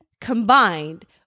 combined